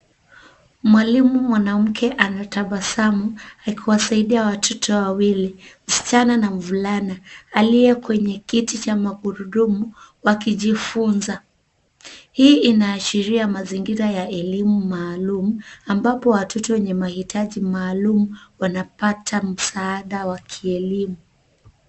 Mwalimu mwanamke anatabasamu akiwasaidia watoto wawili, msichana na mvulana aliye kwenye kiti cha magurudumu wakijifunza. Hii inaashiria mazingira ya elimu maalum ambapo watoto wenye mahitaji maalum wanaata msaada wa kielimu.